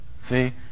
See